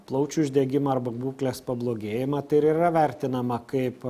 plaučių uždegimą arba būklės pablogėjimą tai ir yra vertinama kaip